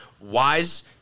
wise